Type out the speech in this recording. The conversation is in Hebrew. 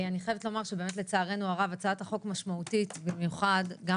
אני חייבת לומר שלצערנו הרב הצעת החוק משמעותית במיוחד גם